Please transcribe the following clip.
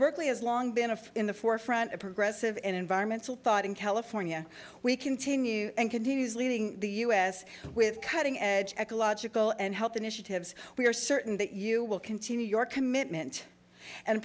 berkeley has long been a fire in the forefront of progressive and environmental thought in california we continue and continues leading the us with cutting edge ecological and health initiatives we are certain that you will continue your commitment and